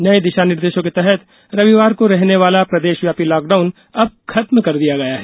नए दिशा निर्देशों के तहत रविवार को रहने वाला प्रदेशव्यापी लॉकडाउन अब खत्म कर दिया गया है